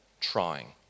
trying